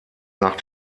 nach